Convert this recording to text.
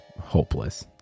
hopeless